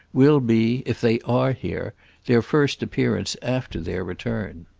will be if they are here their first appearance after their return.